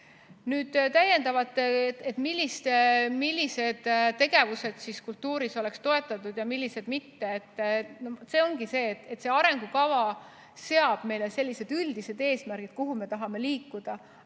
Nüüd täiendavalt, millised tegevused kultuuris oleks toetatud ja millised mitte? See arengukava seab meile sellised üldised eesmärgid, kuhu me tahame liikuda,